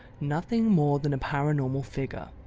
nothing more than a paranormal figure.